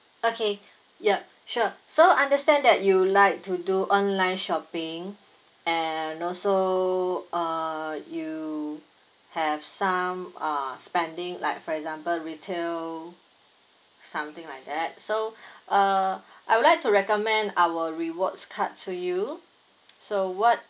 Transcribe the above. okay yup sure so understand that you like to do online shopping and also uh you have some uh spending like for example retail something like that so uh I would like to recommend our rewards card to you so what